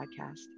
podcast